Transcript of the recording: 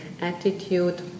attitude